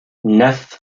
neuf